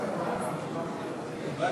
הסגנים במקרים מסוימים),